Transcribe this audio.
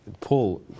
Paul